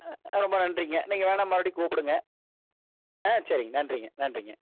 ரொம்ப நன்றிங்க நீங்கள் வேணா மறுபடியும் கூப்பிடுங்க ஆ சரி நன்றிங்க நன்றிங்க